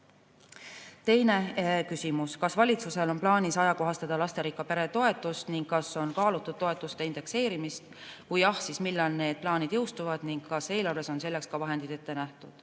Teine küsimus: "Kas valitsusel on plaanis ajakohastada lasterikka pere toetust ning kas on kaalutud toetuse indekseerimist? Kui jah, siis millal need plaanid jõustuvad ning kas eelarves on selleks vahendid ette nähtud?"